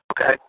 Okay